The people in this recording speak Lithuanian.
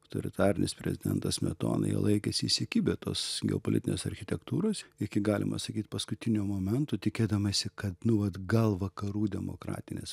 autoritarinis prezidentas smetona jie laikėsi įsikibę tos geopolitinės architektūros iki galima sakyt paskutinio momento tikėdamiesi kad nu vat gal vakarų demokratinės